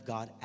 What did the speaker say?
God